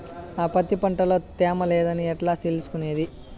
నా పత్తి పంట లో తేమ లేదని ఎట్లా తెలుసుకునేది?